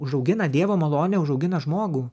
užaugina dievo malonė užaugina žmogų